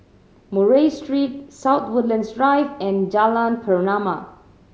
Murray Street South Woodlands Drive and Jalan Pernama